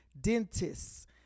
dentists